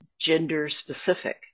gender-specific